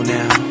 now